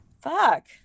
Fuck